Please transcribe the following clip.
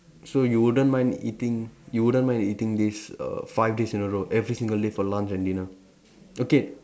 so you wouldn't mind eating you wouldn't mind eating this err five days in a row every single day for lunch and dinner okay